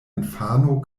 infano